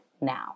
now